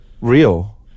real